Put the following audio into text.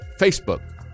Facebook